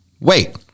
wait